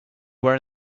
were